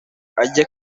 ajya